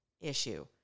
issue